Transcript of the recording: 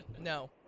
No